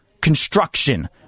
construction